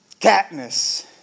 Katniss